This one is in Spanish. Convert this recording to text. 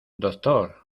doctor